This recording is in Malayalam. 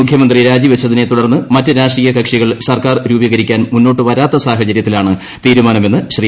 മുഖ്യമന്ത്രി രാജിവച്ചതിനെ തുടർന്ന് മറ്റ് രാഷ്ട്രീയ കക്ഷികൾ സർക്കാർ രൂപീകരിക്കാൻ മുന്നോട്ടു പ്രൊത്ത് സാഹചര്യത്തിലാണ് തീരുമാനമെന്ന് ശ്രീ